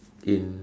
in